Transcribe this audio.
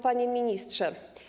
Panie Ministrze!